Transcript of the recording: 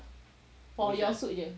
for your suit jer